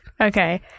Okay